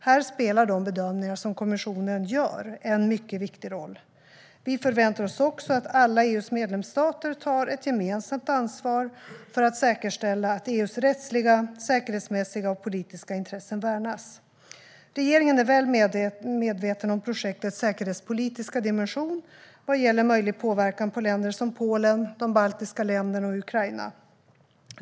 Här spelar de bedömningar som kommissionen gör en mycket viktig roll. Vi förväntar oss också att alla EU:s medlemsstater tar ett gemensamt ansvar för att säkerställa att EU:s rättsliga, säkerhetsmässiga och politiska intressen värnas. Regeringen är väl medveten om projektets säkerhetspolitiska dimension, vad gäller möjlig påverkan på länder som Polen, de baltiska länderna och Ukraina.